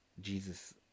Jesus